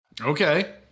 Okay